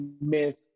Miss